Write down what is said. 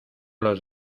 los